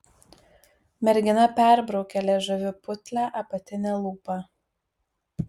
mergina perbraukė liežuviu putlią apatinę lūpą